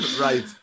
right